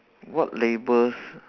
what labels